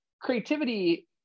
creativity